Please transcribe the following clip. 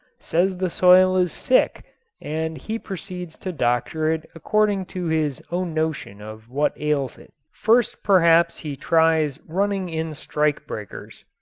says the soil is sick and he proceeds to doctor it according to his own notion of what ails it. first perhaps he tries running in strike breakers.